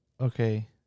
Okay